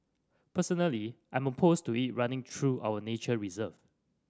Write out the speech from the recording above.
personally I'm opposed to it running through our nature reserve